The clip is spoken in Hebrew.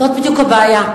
זאת בדיוק הבעיה,